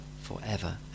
forever